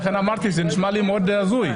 ולכן אמרתי שזה נשמע לי מאוד הזוי.